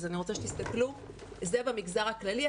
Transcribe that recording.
אז אני רוצה שתסתכלו: זה במגזר הכללי.